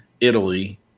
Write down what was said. Italy